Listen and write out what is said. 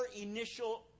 initial